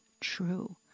true